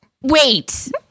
wait